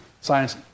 science